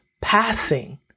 passing